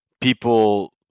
people